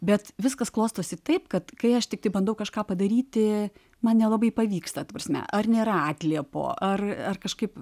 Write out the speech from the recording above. bet viskas klostosi taip kad kai aš tiktai bandau kažką padaryti man nelabai pavyksta ta prasme ar nėra atliepo ar kažkaip